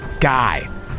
guy